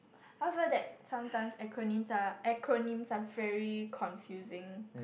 I feel that sometimes acronyms are acronyms are very confusing